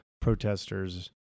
protesters